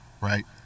right